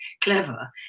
clever